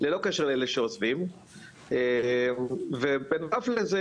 ללא קשר לאלה שעוזבים ובנוסף לזה,